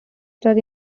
stars